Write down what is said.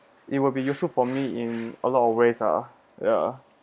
it will be useful for me in a lot of ways lah ya